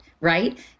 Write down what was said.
right